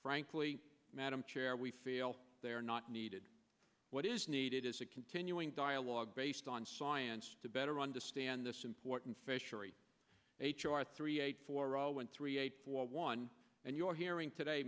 frankly madam chair we feel they are not needed what is needed is a continuing dialogue based on science to better understand this important fishery h r three eight four zero one three eight one and your hearing today